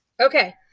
Okay